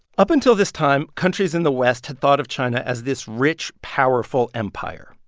up until this time, countries in the west had thought of china as this rich, powerful empire.